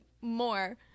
more